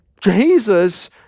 Jesus